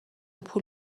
پول